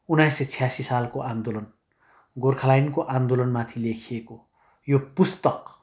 उन्नाइस सय छयासी सालको आन्दोलन गोर्खाल्यान्डको आन्दोलनमाथि लेखिएको यो पुस्तक